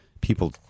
People